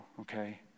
okay